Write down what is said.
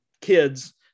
kids